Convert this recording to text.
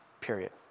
period